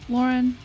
Lauren